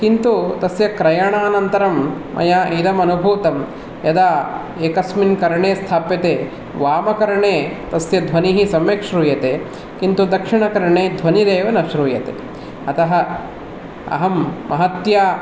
किन्तु तस्य क्रयणानन्तरं मया इदं अनुभूतं यदा एकस्मिन् कर्णे स्थाप्यते वामकर्णे तस्य ध्वनिः सम्यक श्रूयते किन्तु दक्षिणकर्णे ध्वनिरेव न श्रूयते अतः अहं महत्या